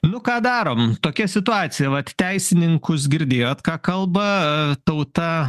nu ką darom tokia situacija vat teisininkus girdėjot ką kalba a tauta